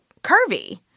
curvy